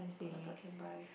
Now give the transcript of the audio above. can buy